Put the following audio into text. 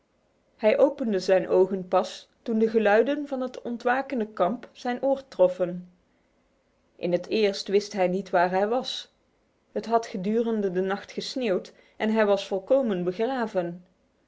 hij opende zijn ogen pas toen de geluiden van het ontwakende kamp zijn oor troffen in het eerst wist hij niet waar hij was het had gedurende de nacht gesneeuwd en hij was volkomen begraven